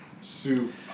soup